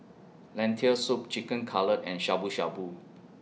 Lentil Soup Chicken Cutlet and Shabu Shabu